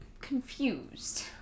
confused